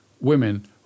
women